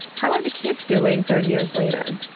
how are the kids doing thirty years later?